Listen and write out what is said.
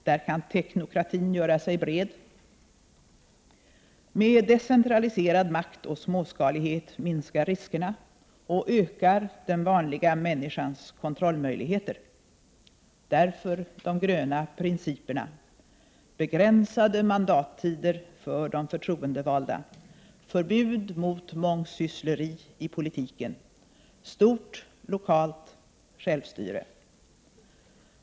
Där kan teknokratin göra sig bred. Med decentraliserad makt och småskalighet minskar riskerna och ökar den vanliga människans kontrollmöjligheter. Därför de gröna principerna: begränsade mandattider för de förtroendevalda, förbud mot mångsyssleri i politiken, stort lokalt självstyre.